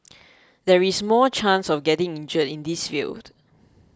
there is more chance of getting injured in this field